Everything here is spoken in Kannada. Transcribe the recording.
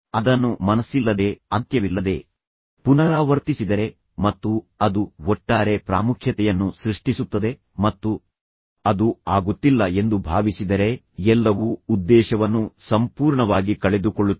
ಅದನ್ನು ಮನಸ್ಸಿಲ್ಲದೆ ಅಂತ್ಯವಿಲ್ಲದೆ ಪುನರಾವರ್ತಿಸಿದರೆ ಮತ್ತು ಅದು ಒಟ್ಟಾರೆ ಪ್ರಾಮುಖ್ಯತೆಯನ್ನು ಸೃಷ್ಟಿಸುತ್ತದೆ ಮತ್ತು ಅದು ಆಗುತ್ತಿಲ್ಲ ಎಂದು ಭಾವಿಸಿದರೆ ಎಲ್ಲವೂ ಉದ್ದೇಶವನ್ನು ಸಂಪೂರ್ಣವಾಗಿ ಕಳೆದುಕೊಳ್ಳುತ್ತಿದೆ